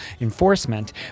enforcement